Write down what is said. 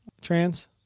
Trans